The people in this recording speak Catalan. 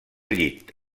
llit